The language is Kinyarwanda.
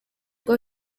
bwo